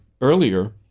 earlier